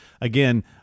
again